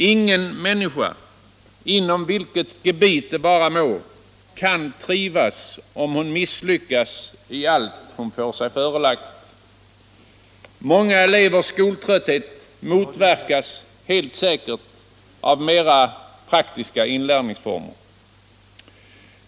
Ingen människa, inom vilket gebit det vara må, kan trivas om hon misslyckas i allt hon får sig förelagt. Många elevers skoltrötthet motverkas helt säkert av mera praktiska inlärningsformer.